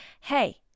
hey